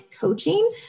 coaching